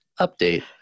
update